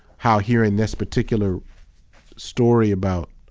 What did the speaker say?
how hearing this particular story about,